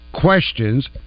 questions